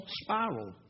spiral